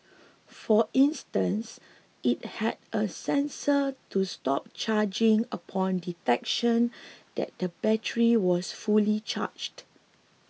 for instance it had a sensor to stop charging upon detection that the battery was fully charged